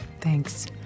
thanks